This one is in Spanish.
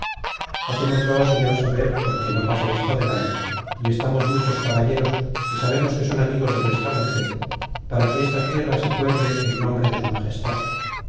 heridas hacémoslo señor saber porque no pase esto adelante y estamos muchos caballeros que sabemos que son amigos de vuestra merced para que esta tierra se pueble en nombre de su magestad